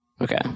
Okay